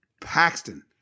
Paxton